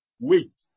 Wait